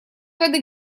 воды